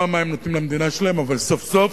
מה הם נותנים למדינה שלהם אבל סוף-סוף